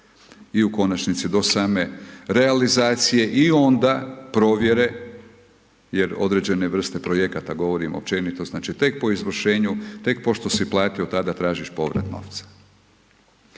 i u konačnici do same realizacije, i onda provjere, jer određene vrste projekata, govorim općenito, znači, tek po izvršenju, tek pošto si platio tada tražiš povrat novca.